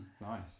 Nice